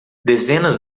dezenas